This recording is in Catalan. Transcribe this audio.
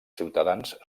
ciutadans